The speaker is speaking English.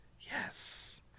yes